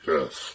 Yes